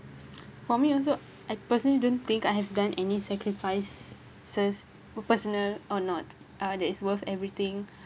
for me also I personally don't think I have done any sacrifices personal or not uh that is worth everything